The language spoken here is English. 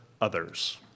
others